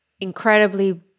incredibly